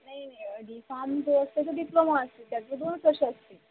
नाही नाही D pharm जो असते तो डिप्लोमा असतील त्याचे दोनच वर्षे असतील